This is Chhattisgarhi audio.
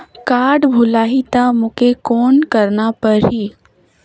कारड भुलाही ता मोला कौन करना परही?